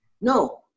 No